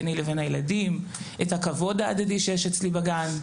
ביני לבין הילדים, את הכבוד ההדדי שיש אצלי בגן.